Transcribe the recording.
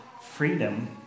freedom